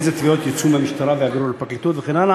איזה תביעות יצאו מהמשטרה ויעברו לפרקליטות וכן הלאה.